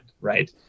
Right